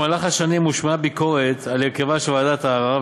במהלך השנים הושמעה ביקורת על הרכב ועדת הערר,